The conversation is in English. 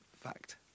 fact